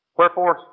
Wherefore